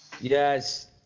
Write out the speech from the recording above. yes